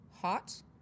hot